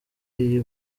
iyi